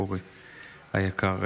אורי היקר,